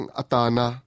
atana